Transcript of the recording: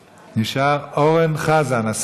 נשאר, אורן חזן.